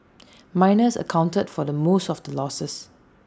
miners accounted for the most of the losses